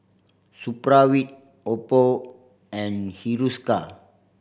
Supravit Oppo and Hiruscar